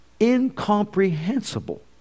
incomprehensible